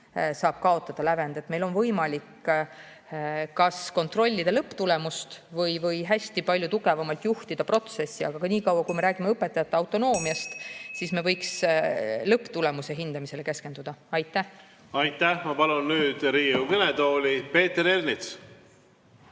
saab kaotada lävendi. Meil on võimalik kas kontrollida lõpptulemust või hästi palju tugevamalt juhtida protsessi, aga niikaua, kui me räägime õpetajate autonoomiast, võiksime lõpptulemuse hindamisele keskenduda. Aitäh! Aitäh! Ma palun nüüd Riigikogu kõnetooli Peeter Ernitsa.